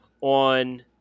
on